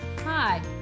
Hi